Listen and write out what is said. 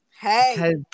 Hey